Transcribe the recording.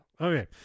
Okay